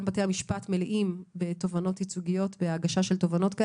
גם בתי המשפט מלאים בהגשה של תובענות ייצוגיות